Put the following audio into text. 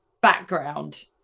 background